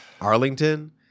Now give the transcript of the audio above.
Arlington